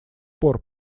пор